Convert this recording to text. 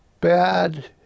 Bad